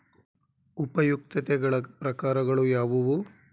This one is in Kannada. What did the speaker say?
ಉಪಯುಕ್ತತೆಗಳ ಪ್ರಕಾರಗಳು ಯಾವುವು?